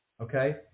okay